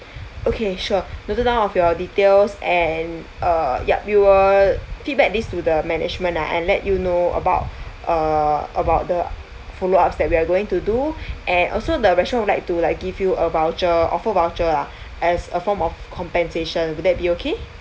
okay sure noted down of your details and uh yup we will feedback these to the management ah and let you know about uh about the follow ups that we are going to do and also the restaurant would like to like give you a voucher a food voucher lah as a form of compensation would that be okay